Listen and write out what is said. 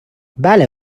بله